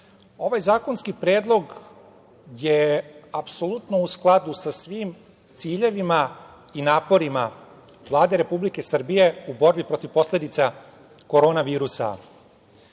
Ovaj zakonski predlog je apsolutno u skladu sa svim ciljevima i naporima Vlade Republike Srbije u borbi protiv posledica korona virusa